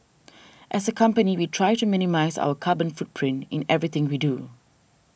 as a company we try to minimise our carbon footprint in everything we do